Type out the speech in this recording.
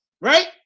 right